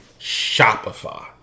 Shopify